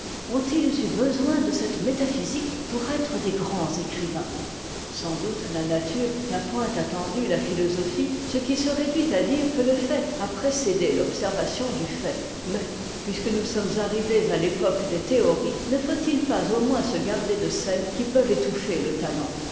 ont-ils eu besoin de cette métaphysique pour être des grands écrivains sans doute la nature n'a point attendu la philosophie ce qui se réduit à dire que le fait a précédé l'observation du fait mais puisque nous sommes arrivés à l'époque des théories ne faut-il pas au moins se garder de celles qui peuvent étouffer le talent